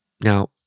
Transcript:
Now